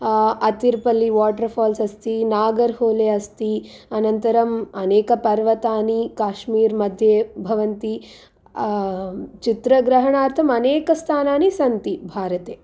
Athirappilly water falls अस्ति नागर्होले अस्ति अनन्तरम् अनेकपर्वतानि काश्मीर् मध्ये भवन्ति चित्रग्रहणार्थम् अनेक स्थानानि सन्ति भारते